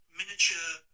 miniature